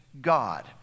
God